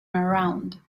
around